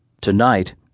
Tonight